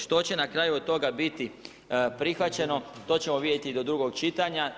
Što će na kraju od toga biti prihvaćeno, to ćemo vidjeti do drugog čitanja.